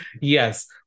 Yes